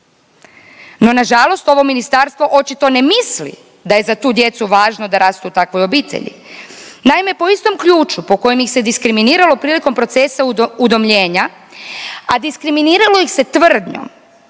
No nažalost, ovo ministarstvo očito ne misli da je za tu djecu važno da rastu u takvoj obitelji. Naime, po istom ključu po kojim ih se diskriminiralo prilikom procesa udomljenja, a diskriminiralo ih se tvrdnjom